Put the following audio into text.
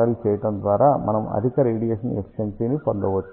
RL చేయటం ద్వారా మనం అధిక రేడియేషన్ ఎఫిషియన్సి ని పొందవచ్చు